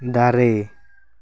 ᱫᱟᱨᱮ